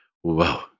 Whoa